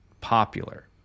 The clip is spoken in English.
popular